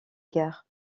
guerre